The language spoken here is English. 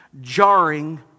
jarring